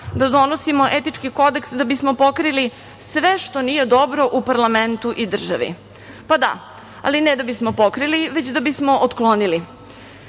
da donosimo etički kodeks da bismo pokrili sve što nije dobro u parlamentu i državi. Da, ali ne da bismo pokrili, već da bismo otklonili. Mislim